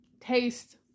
taste